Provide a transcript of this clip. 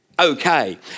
Okay